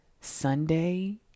Sunday